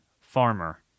farmer